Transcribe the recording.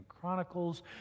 Chronicles